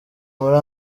muri